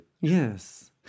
Yes